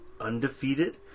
Undefeated